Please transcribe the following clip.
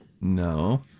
No